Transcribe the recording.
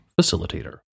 Facilitator